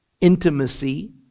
intimacy